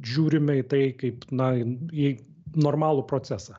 žiūrime į tai kaip na į normalų procesą